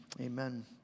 Amen